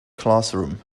classroom